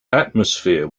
atmosphere